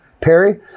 Perry